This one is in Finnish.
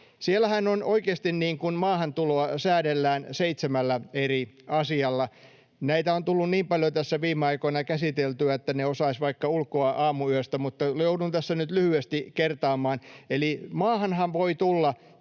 Siellähän oikeasti maahantuloa säädellään seitsemällä eri asialla. Näitä on tullut niin paljon tässä viime aikoina käsiteltyä, että ne osaisi vaikka ulkoa aamuyöstä, mutta joudun tässä nyt lyhyesti kertaamaan: Maahanhan voi tulla